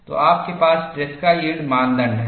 तो आपके पास ट्रेसका यील्ड मानदंड हैं